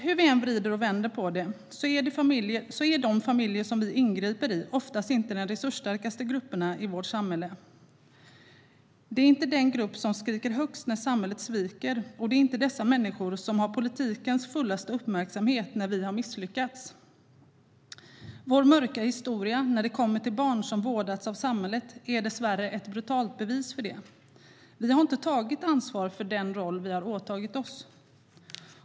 Hur vi än vrider och vänder på det hör de familjer som vi ingriper i oftast inte till de resursstarkaste grupperna i vårt samhälle. Det är inte den grupp som skriker högst när samhället sviker, och det är inte dessa människor som har politikens fullaste uppmärksamhet när vi har misslyckats. Vår mörka historia när det kommer till barn som har vårdats av samhället är dessvärre ett brutalt bevis. Vi har inte tagit ansvar för den roll vi har åtagit oss.